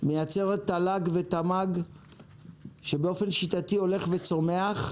מייצרת תל"ג ותמ"ג שבאופן שיטתי הולך וצומח,